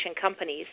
companies